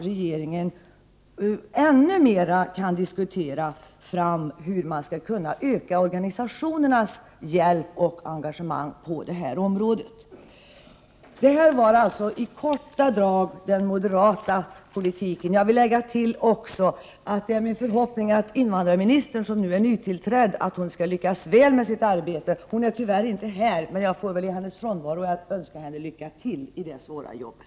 Regeringen borde diskutera ännu mer hur man skall kunna öka organisationernas hjälp och engagemang på det här området. Detta var alltså i korta drag den moderata politiken. Jag vill också lägga till att det är min förhoppning att den nytillträdde invandrarministern skall lyckas väl med sitt arbete. Hon är tyvärr inte i kammaren just nu, men jag får väl i hennes frånvaro önska henne lycka till med det svåra arbetet.